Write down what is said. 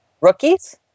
rookies